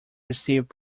received